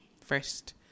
first